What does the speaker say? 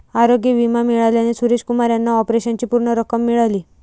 आरोग्य विमा मिळाल्याने सुरेश कुमार यांना ऑपरेशनची पूर्ण रक्कम मिळाली